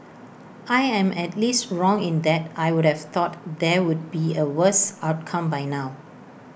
I am at least wrong in that I would've thought there would be A worse outcome by now